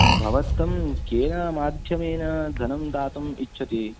भवत्तं केन माध्यमेन धनं दातुम् इच्छति